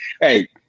Hey